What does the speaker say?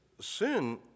sin